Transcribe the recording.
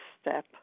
Step